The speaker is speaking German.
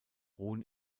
ruhen